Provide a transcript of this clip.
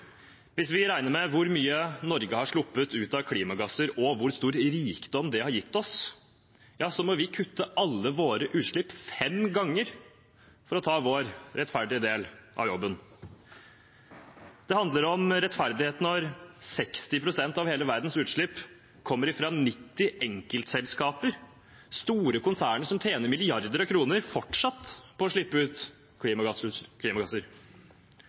Hvis vi regner med hvor mye Norge har sluppet ut av klimagasser, og hvor stor rikdom det har gitt oss, må vi kutte alle våre utslipp fem ganger for å ta vår rettferdige del av jobben. Det handler om rettferdighet når 60 pst. av hele verdens utslipp kommer fra 90 enkeltselskaper – store konsern som fortsatt tjener milliarder av kroner på å slippe ut klimagasser.